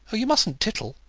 you musn't tittle.